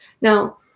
Now